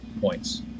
points